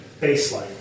baseline